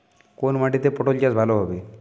কোন মাটিতে পটল চাষ ভালো হবে?